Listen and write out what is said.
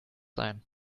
sein